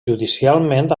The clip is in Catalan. judicialment